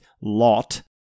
lot